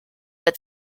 but